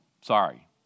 Sorry